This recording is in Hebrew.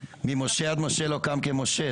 "ממשה עד משה לא קם כמשה"...